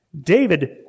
David